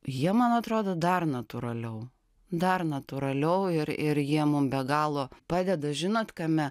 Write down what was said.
jie man atrodo dar natūraliau dar natūraliau ir ir jie mum be galo padeda žinot kame